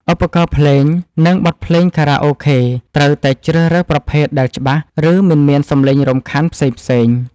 ឧបករណ៍ភ្លេង និង បទភ្លេងខារ៉ាអូខេត្រូវតែជ្រើសរើសប្រភេទដែលច្បាស់ ឬ មិនមានសម្លេងរំខានផ្សេងៗ។